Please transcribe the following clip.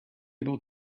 able